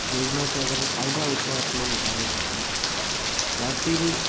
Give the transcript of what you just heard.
योजना सँ अगर फायदा उठबा के लेल चाहे छथिन या फिर